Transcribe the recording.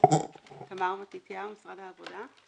תמר מתתיהו, משרד העבודה.